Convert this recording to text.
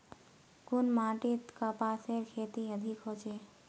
कुन माटित कपासेर खेती अधिक होचे?